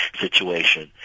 situation